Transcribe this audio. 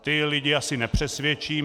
Ty lidi asi nepřesvědčím.